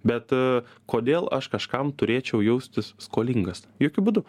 bet kodėl aš kažkam turėčiau jaustis skolingas jokiu būdu